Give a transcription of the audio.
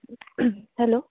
hello